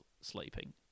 sleeping